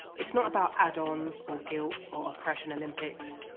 it's not about add-ons, or guilt, or oppression olympics.